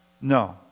No